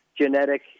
genetic